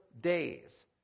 days